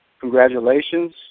congratulations